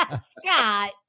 Scott